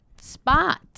spot